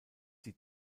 die